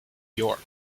york